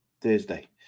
Thursday